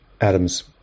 Adams